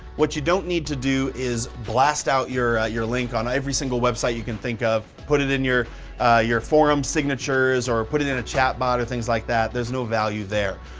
what you don't need to is blast out your your link on every single website you can think of, put it in your your forum signatures, or put it in a chatbot, or things like that, there's no value there.